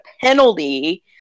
penalty